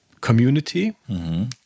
community